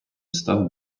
став